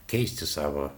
keisti savo